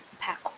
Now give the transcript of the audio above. pack